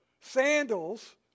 sandals